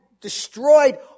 destroyed